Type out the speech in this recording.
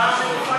בהלול.